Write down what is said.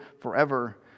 forever